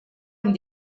amb